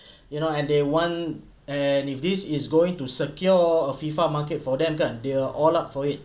you know and they want and if this is going to secure a FIFA market for them kan they're all out for it